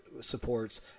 supports